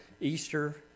Easter